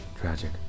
Tragic